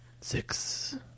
six